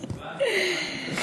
הבנתי את הרמז.